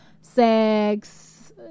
sex